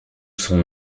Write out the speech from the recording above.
son